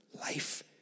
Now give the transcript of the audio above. life